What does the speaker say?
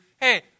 hey